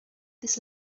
this